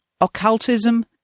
Occultism